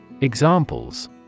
Examples